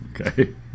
Okay